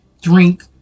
drink